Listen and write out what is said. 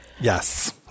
Yes